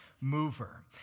mover